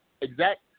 exact